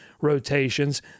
rotations